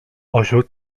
osioł